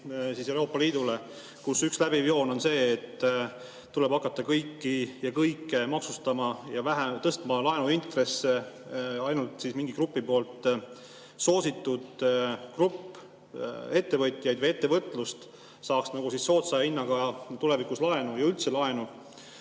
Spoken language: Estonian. kohta, kus üks läbiv joon on see, et tuleb hakata kõiki ja kõike maksustama ja tõstma laenuintresse, et ainult mingi grupi poolt soositud grupp ettevõtjaid või ettevõtlust saaks soodsa hinnaga tulevikus laenu, üldse laenu.